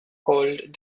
called